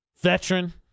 Veteran